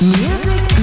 music